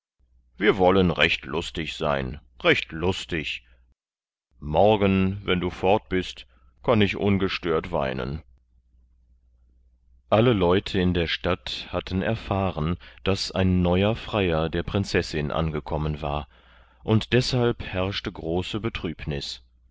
wir wollen lustig sein recht lustig morgen wenn du fort bist kann ich ungestört weinen alle leute in der stadt hatten erfahren daß ein neuer freier der prinzessin angekommen war und deshalb herrschte große betrübnis